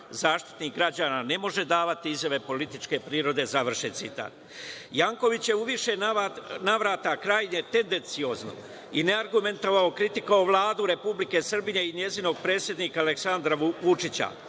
„Zaštitnik građana ne može davati izjave političke prirode“. Završen citat. Janković je u više navrata krajnje tendenciozno i neargumentovano kritikovao Vladu Republike Srbije i njenog predsednika Aleksandra Vučića.